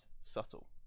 subtle